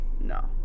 No